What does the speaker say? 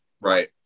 right